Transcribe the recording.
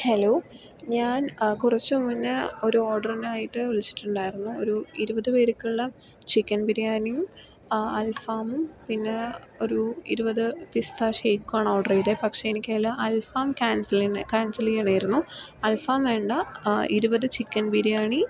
hello ഞാൻ ആ കുറച്ച് മുന്നേ ഒരു ഓർഡറിനായിട്ട് വിളിച്ചിട്ട് ഉണ്ടായിരുന്നു ഒരു ഇരുപത് പേർക്കുള്ള ചിക്കൻ ബിരിയാണിയും ആ അൽഫാമും പിന്നെ ഒരു ഇരുപത് പിസ്താ ഷെയ്ക്കുമാണ് ഓർഡർ ചെയ്തത് പക്ഷേ എനിക്ക് അതിലെ അൽഫാം കയാൺസൽ ക്യാൻസൽ ചെയ്യണമായിരുന്നു അൽഫാം വേണ്ട ഇരുപത് ചിക്കൻ ബിരിയാണി